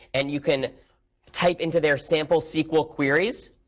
and you can type into their sample sql queries,